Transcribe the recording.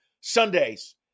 Sundays